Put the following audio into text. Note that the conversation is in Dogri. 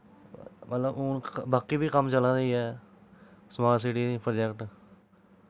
मतलव हून बाकि बी कम्म चला दी ऐ समार्ट सीटी प्रोजैक्ट